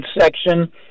section